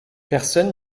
personne